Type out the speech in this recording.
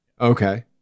Okay